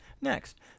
Next